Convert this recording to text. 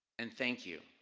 and thank you,